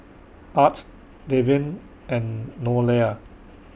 Art Deven and Nolia